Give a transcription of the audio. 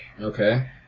Okay